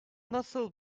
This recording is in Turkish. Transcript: nasıl